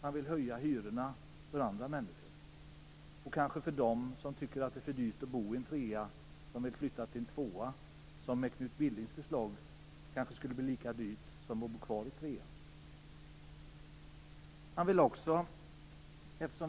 han vill höja hyrorna för andra människor och kanske för dem som tycker att det är för dyrt att bo i en trea och som vill flytta till en tvåa - vilket med Knut Billings förslag kanske skulle bli lika dyrt som att bo kvar i trean.